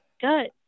good